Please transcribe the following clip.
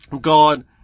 God